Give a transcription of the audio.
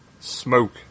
smoke